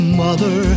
mother